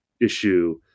issue